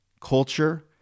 culture